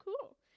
cool